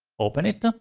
open it. ah